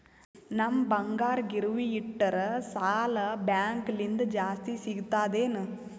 ನಮ್ ಬಂಗಾರ ಗಿರವಿ ಇಟ್ಟರ ಸಾಲ ಬ್ಯಾಂಕ ಲಿಂದ ಜಾಸ್ತಿ ಸಿಗ್ತದಾ ಏನ್?